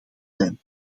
zijn